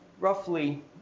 Roughly